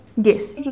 yes